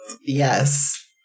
Yes